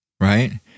right